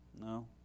No